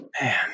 Man